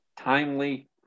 timely